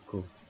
cool